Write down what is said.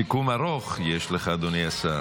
סיכום ארוך יש לך, אדוני השר.